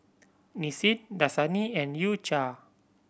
Nissin Dasani and U Cha